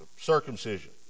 circumcision